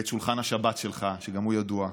על שולחן השבת שלך, שגם הוא ידוע,